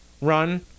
run